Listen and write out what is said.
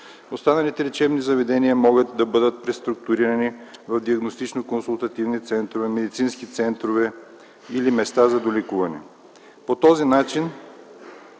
Останалите лечебни заведения могат да бъдат преструктурирани в диагностично-консултативни центрове, медицински центрове или места за долекуване.